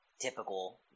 typical